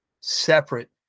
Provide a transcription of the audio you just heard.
separate